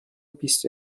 بیست